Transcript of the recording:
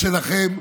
שלכם,